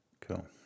Cool